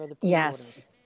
Yes